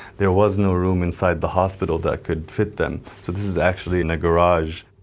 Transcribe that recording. there was no room inside the hospital that could fit them, so this is actually in a garage.